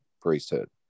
priesthood